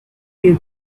you